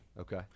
Okay